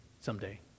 someday